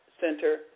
Center